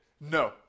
No